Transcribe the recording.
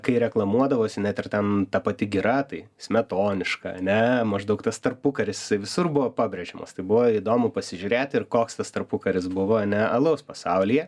kai reklamuodavosi net ir ten ta pati gira tai smetoniška ane maždaug tas tarpukaris jisai visur buvo pabrėžiamas tai buvo įdomu pasižiūrėti ir koks tas tarpukaris buvo ane alaus pasaulyje